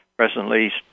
presently